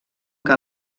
que